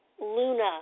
Luna